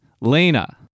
Lena